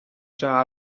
già